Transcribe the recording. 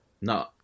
No